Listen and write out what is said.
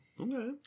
Okay